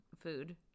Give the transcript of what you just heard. food